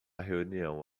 reunião